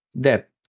depth